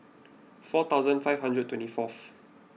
four thousand five hundred and twenty four